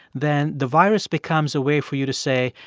then the virus becomes a way for you to say,